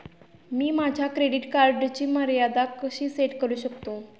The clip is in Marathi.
मी माझ्या क्रेडिट कार्डची मर्यादा कशी सेट करू शकतो?